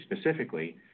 specifically